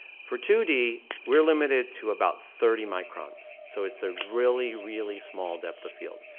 for two d, we're limited to about thirty microns. so it's a really, really small depth of field.